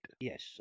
Yes